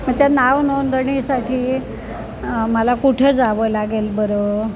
मग त्या नावनोंदणीसाठी मला कुठे जावं लागेल बरं